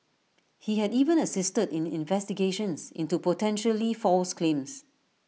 he had even assisted in investigations into potentially false claims